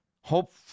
hope